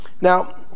Now